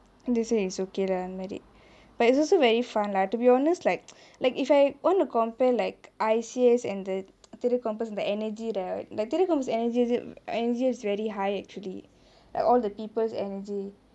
then they say is okay lah but it's also very fun lah to be honest like like if I want to compare like I_C_S and the threatre compass the energy like threatre compass the energy is very high actually like all the people's energy